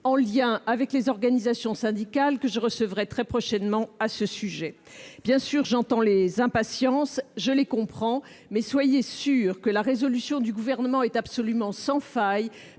en lien avec les organisations syndicales, que je recevrai très prochainement à ce sujet. Bien sûr, j'entends les impatiences et je les comprends, mais soyez certains que la résolution du Gouvernement est absolument sans faille.